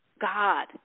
God